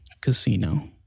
casino